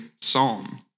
psalm